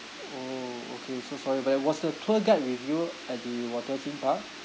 orh okay so sorry about that was the tour guide with you at the water theme park